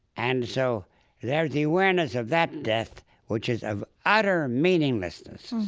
and so there's the awareness of that death, which is of utter meaninglessness.